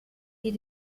die